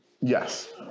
Yes